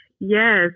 Yes